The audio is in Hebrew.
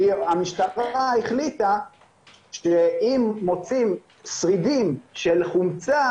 כי המשטרה החליטה שאם מוצאים שרידים של חומצה